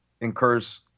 incurs